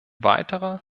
weiterer